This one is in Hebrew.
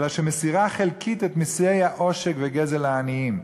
אלא שהיא מסירה חלקית את מסי העושק וגזל העניים.